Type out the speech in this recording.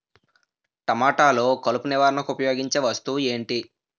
టమాటాలో కలుపు నివారణకు ఉపయోగించే వస్తువు ఏంటి?